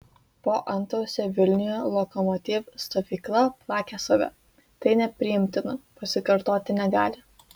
po antausio vilniuje lokomotiv stovykla plakė save tai nepriimtina pasikartoti negali